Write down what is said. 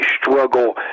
struggle